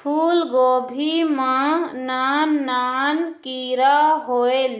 फूलगोभी मां नान नान किरा होयेल